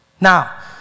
Now